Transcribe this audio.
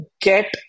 get